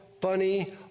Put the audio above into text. funny